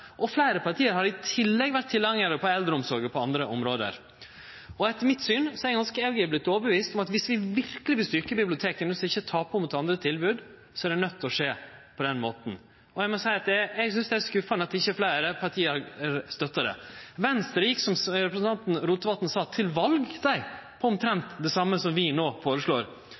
Fleire parti har i tillegg vore tilhengjar av å nytte han på eldreomsorg og andre område. Eg er overtydd om at viss vi verkeleg vil styrkje biblioteka, slik at dei ikkje taper mot andre tilbod, er det nøydd til å skje på denne måten. Eg synest det er skuffande at ikkje fleire parti støttar det. Venstre gjekk, som representanten Rotevatn sa, til val på omtrent det same som vi